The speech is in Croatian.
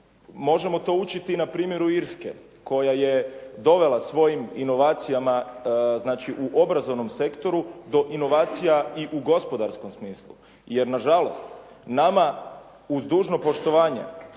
Možemo to učiti na primjenu Irske, koja je dovela svojim inovacijama, znači u obrazovnom sektoru do inovacija i u gospodarskom smislu. Jer nažalost nama uz dužno poštovanje